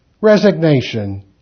resignation